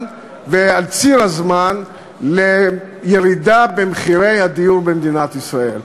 ועל ציר הזמן לירידה במחירי הדיור במדינת ישראל.